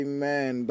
Amen